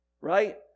Right